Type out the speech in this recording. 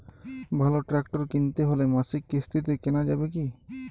ভালো ট্রাক্টর কিনতে হলে মাসিক কিস্তিতে কেনা যাবে কি?